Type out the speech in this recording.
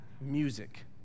music